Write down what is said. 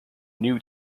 new